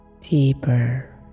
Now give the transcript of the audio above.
Deeper